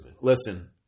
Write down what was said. Listen